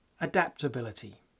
adaptability